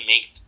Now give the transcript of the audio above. make